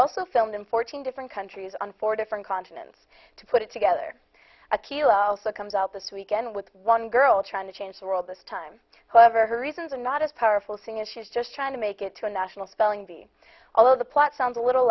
also filmed in fourteen different countries on four different continents to put it together akila also comes out this weekend with one girl trying to change the world this time whatever her reasons are not as powerful sing as she's just trying to make it to a national spelling bee although the plot sounds a little